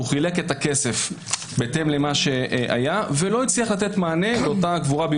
הוא חילק את הכסף בהתאם למה שהיה ולא הצליח לתת מענה לאותה קבורה.